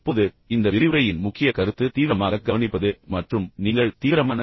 இப்போது இந்த விரிவுரையின் முக்கிய கருத்து செயலில் கேட்பது மற்றும் உங்களை மேம்படுத்துவது பற்றியது